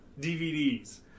DVDs